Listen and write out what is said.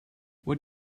what